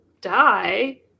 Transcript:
die